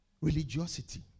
Religiosity